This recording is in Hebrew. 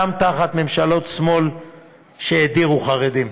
גם תחת ממשלות שמאל שהדירו חרדים.